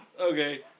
Okay